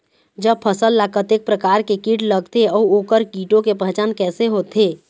जब फसल ला कतेक प्रकार के कीट लगथे अऊ ओकर कीटों के पहचान कैसे होथे?